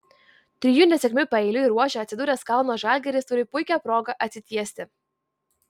trijų nesėkmių paeiliui ruože atsidūręs kauno žalgiris turi puikią progą atsitiesti